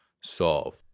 solve